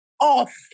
off